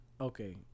Okay